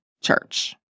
church